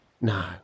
No